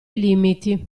limiti